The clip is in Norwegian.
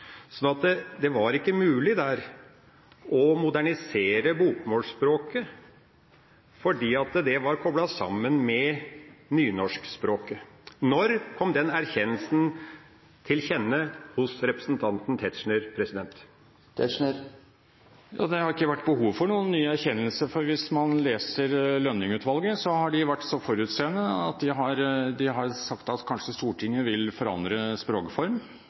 Så det var ikke mulig der å modernisere bokmålspråket, fordi det var koblet sammen med nynorskspråket. Når kom den erkjennelsen til kjenne hos representanten Tetzschner? Det har ikke vært behov for noen ny erkjennelse, for hvis man leser fra Lønning-utvalget, har de vært så forutseende at de har sagt at kanskje Stortinget vil forandre språkform.